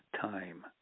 time